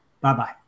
Bye-bye